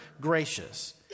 gracious